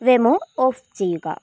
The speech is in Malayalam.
വെമോ ഓഫ് ചെയ്യുക